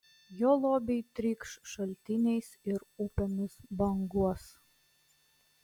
jo lobiai trykš šaltiniais ir upėmis banguos